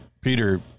Peter